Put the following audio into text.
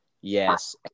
Yes